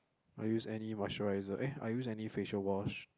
I use any moisturiser eh I use any facial wash